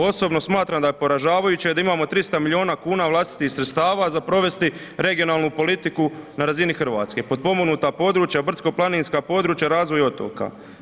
Osobno smatram da je poražavajuće da imamo 300 milijuna kuna vlastitih sredstava za provesti regionalnu politiku na razini Hrvatske potpomognuta područja, brdsko-planinska područja, razvoj otoka.